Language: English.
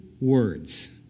words